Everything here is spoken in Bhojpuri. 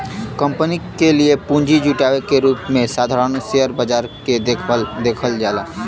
कंपनी के लिए पूंजी जुटावे के रूप में साधारण शेयर बाजार के देखल जाला